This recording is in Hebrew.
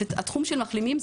תחום המחלימים,